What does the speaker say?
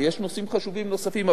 ויש נושאים חשובים נוספים,